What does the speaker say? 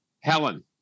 Helen